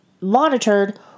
monitored